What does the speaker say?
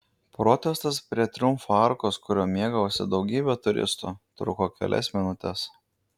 protestas prie triumfo arkos kuriuo mėgavosi daugybė turistų truko kelias minutes